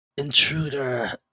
intruder